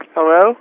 Hello